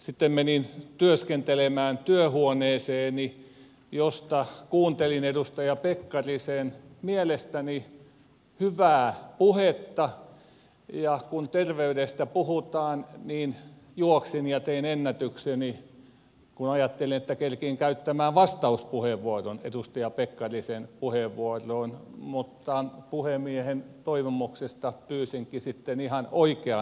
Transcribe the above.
sitten menin työskentelemään työhuoneeseeni josta kuuntelin edustaja pekkarisen mielestäni hyvää puhetta ja kun terveydestä puhutaan niin juoksin ja tein ennätykseni kun ajattelin että kerkeän käyttämään vastauspuheenvuoron edustaja pekkarisen puheenvuoroon puhemiehen toivomuksesta pyysinkin sitten ihan oikean puheenvuoron